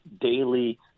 daily